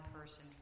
person